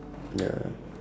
ya